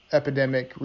epidemic